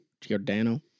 Giordano